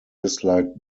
disliked